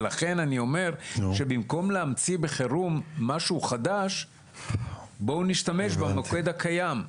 לכן אני אומר שבמקום להמציא בחירום משהו חדש בואו נשתמש במוקד הקיים.